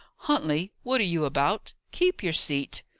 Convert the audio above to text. huntley, what are you about? keep your seat.